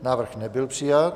Návrh nebyl přijat.